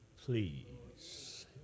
please